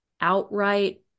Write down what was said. outright